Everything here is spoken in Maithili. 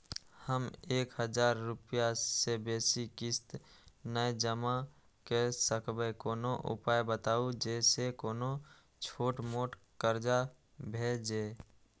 हम एक हजार रूपया से बेसी किस्त नय जमा के सकबे कोनो उपाय बताबु जै से कोनो छोट मोट कर्जा भे जै?